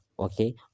Okay